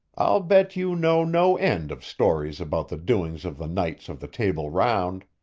i'll bet you know no end of stories about the doings of the knights of the table round.